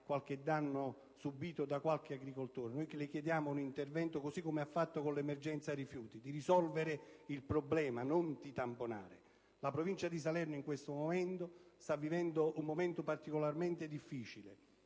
il danno subito da qualche agricoltore. Noi le chiediamo un intervento, così come ha fatto con l'emergenza rifiuti, che risolva il problema e che non si limiti a tamponare. La provincia di Salerno sta vivendo adesso un momento particolarmente difficile,